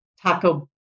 Taco